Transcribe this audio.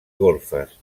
golfes